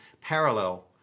parallel